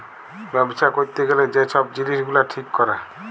ব্যবছা ক্যইরতে গ্যালে যে ছব জিলিস গুলা ঠিক ক্যরে